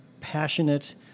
passionate